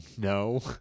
No